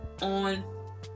on